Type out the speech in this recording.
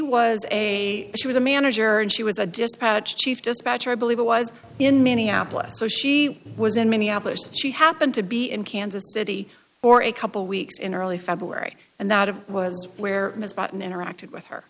was a she was a manager and she was a dispatch chief dispatcher i believe it was in minneapolis so she was in minneapolis and she happened to be in kansas city for a couple weeks in early february and that was where ms button interacted with her